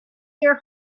your